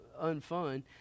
unfun